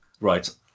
Right